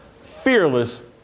fearless